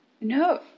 No